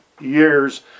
years